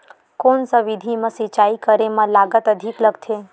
कोन सा विधि म सिंचाई करे म लागत अधिक लगथे?